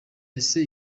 ese